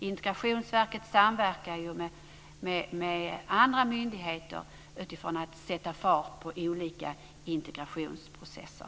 Integrationsverket samverkar ju med andra myndigheter utifrån att man ska sätta fart på olika integrationsprocesser.